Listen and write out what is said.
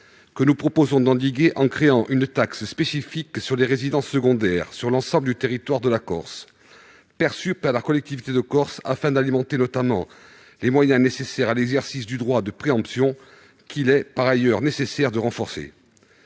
que nous proposons de réduire en créant une taxe spécifique sur les résidences secondaires sur l'ensemble du territoire de l'île, perçue par la collectivité de Corse, afin d'alimenter, notamment, les moyens nécessaires à l'exercice du droit de préemption, qu'il faut par ailleurs renforcer.